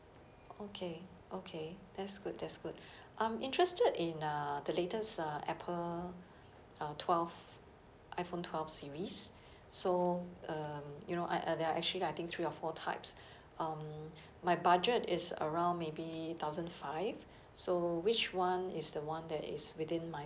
okay okay that's good that's good I'm interested in uh the latest uh apple uh twelve iphone twelve series so um you know I I there are actually like I think three or four types um my budget is around maybe thousand five so which one is the one that is within my